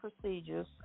procedures